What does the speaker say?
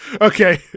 Okay